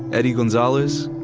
eddie gonzalez,